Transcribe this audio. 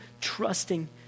trusting